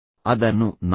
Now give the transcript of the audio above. ಅದನ್ನು ನಂಬಿ